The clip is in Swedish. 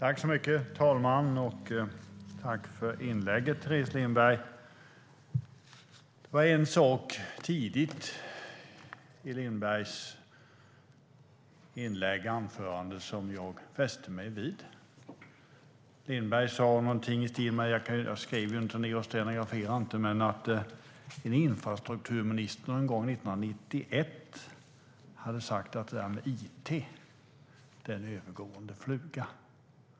Herr talman! Jag tackar Teres Lindberg för anförandet. Det var en sak tidigt i Lindbergs anförande som jag fäste mig vid. Lindberg sa någonting i stil med - jag stenograferar inte - att en infrastrukturminister någon gång 1991 sagt att det där med it var en övergående fluga.